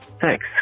Thanks